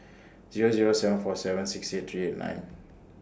Zero Zero seven four seven six eight three eight nine